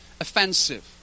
offensive